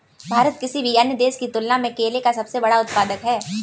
भारत किसी भी अन्य देश की तुलना में केले का सबसे बड़ा उत्पादक है